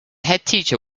headteacher